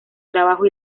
trabajo